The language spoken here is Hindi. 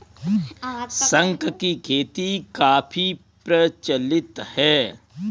शंख की खेती काफी प्रचलित है